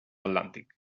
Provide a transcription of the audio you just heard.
atlàntic